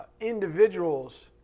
individuals